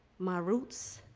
my roots,